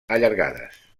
allargades